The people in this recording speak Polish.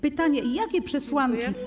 Pytanie: Jakie przesłanki.